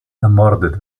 ermordet